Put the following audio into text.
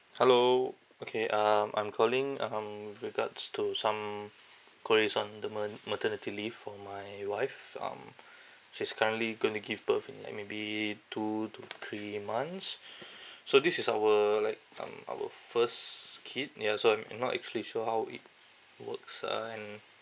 hello okay um I'm calling um with regards to some queries on the mon~ maternity leave for my wife um she's currently going to give birth in like maybe two to three months so this is our like um our first kid ya so I'm I'm not actually sure how it works uh and